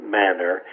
manner